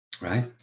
right